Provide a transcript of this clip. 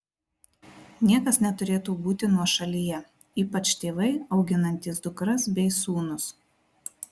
niekas neturėtų būti nuošalyje ypač tėvai auginantys dukras bei sūnus